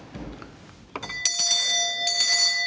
Hvor er det,